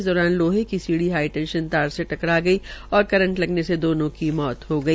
इस दौरान लोहे की सीढी हाई टेंशन तार से टकरा गई और करंट लगने से दो लोगों की मौत हो गई